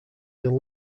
can